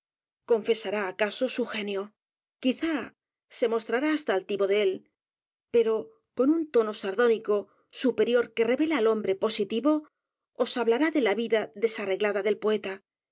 confesará acaso su g e n i o quizá se mostrará h a s t a altivo de é l pero con un tono sardónico superior que revela al h o m b r e positivo os hablará de la vida desarreglada del poeta